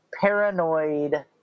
paranoid